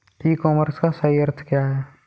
ई commerce का सही अर्थ क्या है?